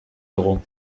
dugu